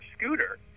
scooter